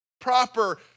proper